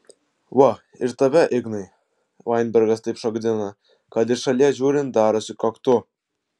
va ir tave ignai vainbergas taip šokdina kad iš šalies žiūrint darosi koktu